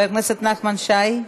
חבר הכנסת נחמן שי,